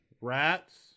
rats